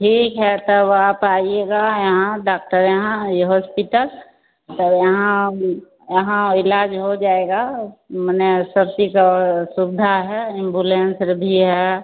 ठीक है तब आप आइएगा यहां डॉक्टर यहां ये हॉस्पिटल और यहां यहां इलाज हो जाएगा मने सब चीज का सुविधा है इमबुलेन्स भी है